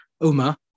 Uma